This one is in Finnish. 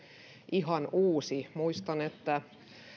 ihan uusi muistan että